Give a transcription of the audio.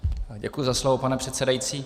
Děkuji za slovo, pane předsedající.